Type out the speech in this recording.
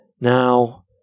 Now